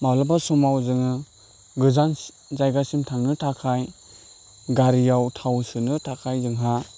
माब्लाबा समाव जोङो गोजान जायगासिम थानो थाखाय गारियाव थाव सोनो थाखाय जोंहा